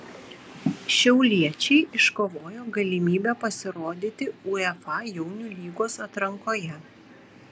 šiauliečiai iškovojo galimybę pasirodyti uefa jaunių lygos atrankoje